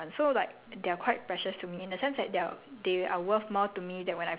edited by my mum like she she got make modifications to them [one] so like